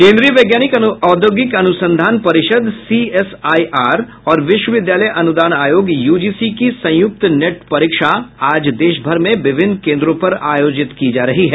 केंद्रीय वैज्ञानिक औद्योगिक अनुसंधान परिषद सीएसआईआर और विश्वविद्यालय अनुदान आयोग यूजीसी की संयुक्त नेट परीक्षा आज देश भर में विभिन्न केंद्रों पर आयोजित की जा रही है